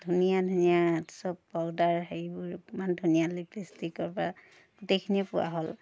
ধুনীয়া ধুনীয়া চব পাউডাৰ হেৰিবোৰ ইমান ধুনীয়া লিপষ্টিকৰ পৰা গোটেইখিনি পোৱা হ'ল